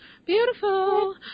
Beautiful